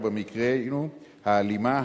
ובמקרנו: הלימה,